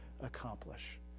accomplish